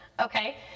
okay